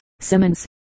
Simmons